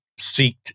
seeked